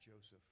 Joseph